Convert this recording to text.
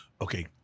Okay